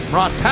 Ross